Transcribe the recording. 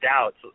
doubts